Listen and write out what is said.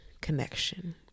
connection